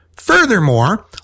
Furthermore